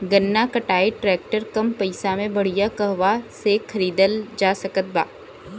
गन्ना कटाई ट्रैक्टर कम पैसे में बढ़िया कहवा से खरिदल जा सकत बा?